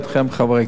חברי הכנסת,